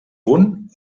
punt